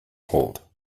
hold